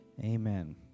amen